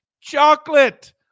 chocolate